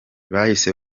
bahise